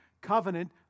covenant